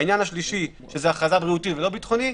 העניין השלישי הוא הכרזה בריאותית ולא ביטחונית.